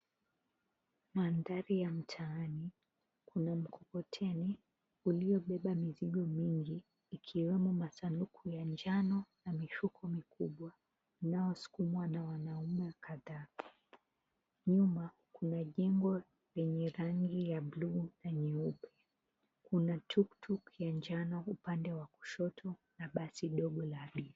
Maandhari ya mtaani, kuna mkokoteni, iliyobeba mizigo mingi ikiwemo masanduku ya njano na mifuko mikubwa unaoskumwa na wanaume kadhaa. Nyuma kuna jengo lenye rangi ya blue na nyeupe. Kuna tuktuk ya manjano upande wa kushoto na basi dogo la abiria.